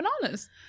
bananas